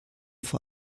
vor